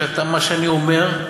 מה שאני אומר,